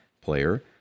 player